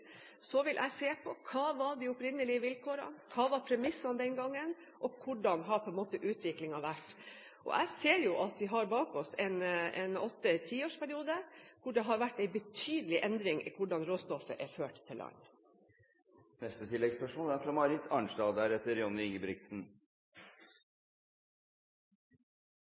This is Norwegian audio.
vil jeg se på hva som var de opprinnelige vilkårene, hva som var premissene den gangen, og hvordan utviklingen har vært. Jeg ser at vi har bak oss en åtte–tiårsperiode der det har vært en betydelig endring i hvordan råstoffet er ført til land. Marit Arnstad – til oppfølgingsspørsmål. Det er